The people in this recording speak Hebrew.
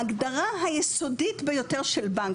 ההגדרה היסודית ביותר של בנק,